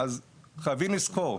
אז חייבים לזכור,